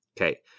Okay